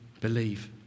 believe